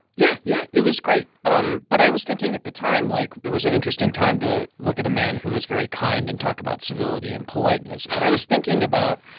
yeah. yeah. it was great. um but i was thinking at the time, like, it was an interesting time to look at a man who was very kind and talk about civility and politeness. but i was thinking about,